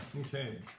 Okay